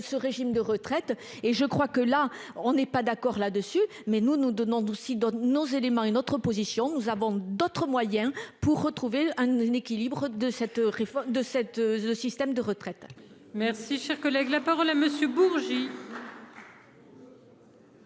ce régime de retraite. Et je crois que là on est pas d'accord là-dessus, mais nous nous donnons aussi dans nos éléments une autre position, nous avons d'autres moyens pour retrouver un équilibre de cette réforme de cette. Le système de retraite. Merci, cher collègue, la parole à Monsieur Bourgi.